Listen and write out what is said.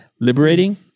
liberating